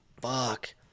Fuck